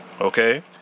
okay